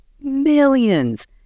millions